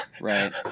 right